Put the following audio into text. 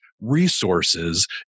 resources